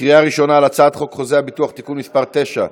בקריאה ראשונה על הצעת חוק חוזה הביטוח (תיקון מס' 9)